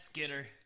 Skinner